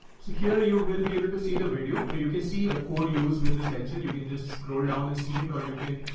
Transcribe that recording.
so here you will be able to see the video, you can see the code use with this lecture. you can just scroll down and see it, or you can.